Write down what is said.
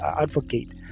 advocate